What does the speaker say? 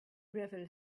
gravel